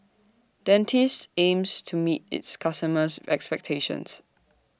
Dentiste aims to meet its customers' expectations